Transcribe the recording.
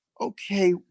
okay